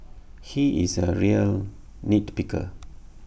he is A real nit picker